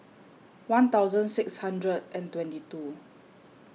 one thousand six hundred and twenty two